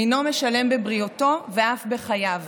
אינו משלם בבריאותו ואף בחייו.